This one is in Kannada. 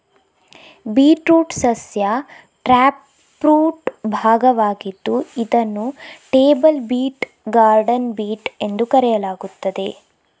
ಬೀಟ್ರೂಟ್ ಸಸ್ಯ ಟ್ಯಾಪ್ರೂಟ್ ಭಾಗವಾಗಿದ್ದು ಇದನ್ನು ಟೇಬಲ್ ಬೀಟ್, ಗಾರ್ಡನ್ ಬೀಟ್ ಎಂದು ಕರೆಯಲಾಗುತ್ತದೆ